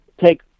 take